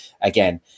again